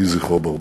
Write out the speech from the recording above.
יהי זכרו ברוך.